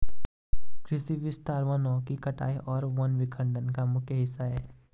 कृषि विस्तार वनों की कटाई और वन विखंडन का मुख्य हिस्सा है